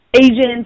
agents